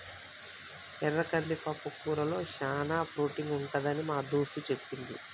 ఎర్ర కంది పప్పుకూరలో చానా ప్రోటీన్ ఉంటదని మా దోస్తు చెప్పింది